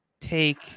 take